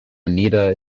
oneida